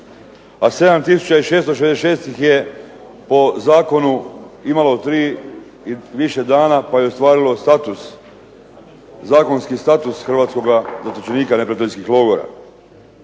666 ih je po zakonu imalo tri ili više dana pa je ostvarilo zakonskih status hrvatskoga zatočenika neprijateljskih logora.